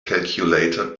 calculator